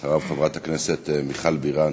אחריו, חברת הכנסת מיכל בירן.